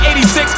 86